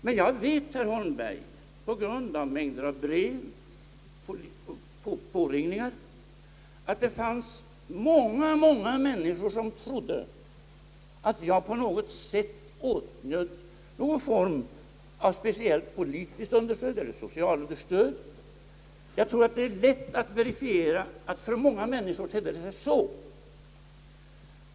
Men jag vet, herr Holmberg, på grund av mänger av brev och påringningar att det fanns många, många människor som trodde att jag på något sätt åtnjöt någon form av speciellt politiskt understöd eller socialunderstöd. Det är lätt att verifiera att det tedde sig så för många människor.